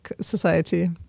society